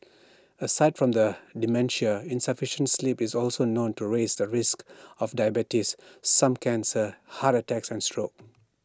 aside from the dementia insufficient sleep is also known to raise the risk of diabetes some cancers heart attacks and stroke